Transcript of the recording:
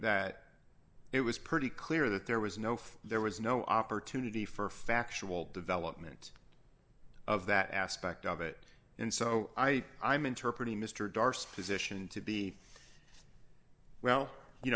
that it was pretty clear that there was no fire there was no opportunity for factual development of that aspect of it and so i i'm interpreting mr darcy position to be well you